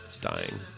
dying